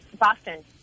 Boston